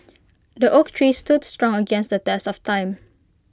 the oak tree stood strong against the test of time